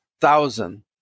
thousand